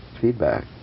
feedback